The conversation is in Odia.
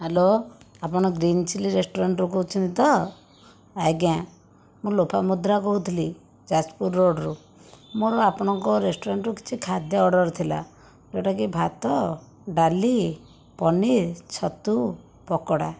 ହ୍ୟାଲୋ ଆପଣ ଗ୍ରୀନ୍ ଚିଲ୍ଲି ରେଷ୍ଟୁରାଣ୍ଟରୁ କହୁଛନ୍ତି ତ ଆଜ୍ଞା ମୁଁ ଲୋପାମୁଦ୍ରା କହୁଥିଲି ଯାଜପୁର ରୋଡ଼ରୁ ମୋର ଆପଣଙ୍କ ରେଷ୍ଟୁରାଣ୍ଟରୁ କିଛି ଖାଦ୍ୟ ଅର୍ଡ଼ର ଥିଲା ଯେଉଁଟାକି ଭାତ ଡାଲି ପନିର ଛତୁ ପକୋଡ଼ା